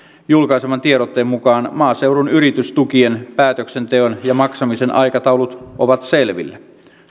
julkaiseman tiedotteen mukaan maaseudun yritystukien päätöksenteon ja maksamisen aikataulut ovat selvillä